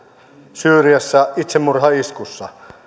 syyriassa itsemurhaiskussa